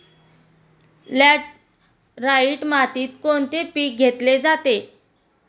Laterite मातीत कोणते पीक घेतले जाते?